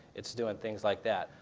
it's doing things like that.